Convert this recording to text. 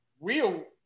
real